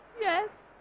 Yes